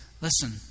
listen